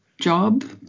job